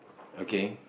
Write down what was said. okay